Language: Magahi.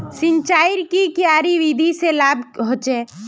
सिंचाईर की क्यारी विधि से की लाभ होचे?